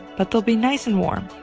but they'll be nice and warm.